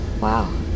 Wow